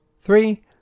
Three